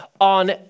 on